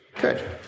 Good